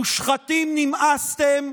מושחתים, נמאסתם,